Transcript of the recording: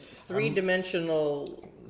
Three-dimensional